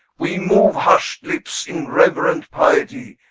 we move hushed lips in reverent piety.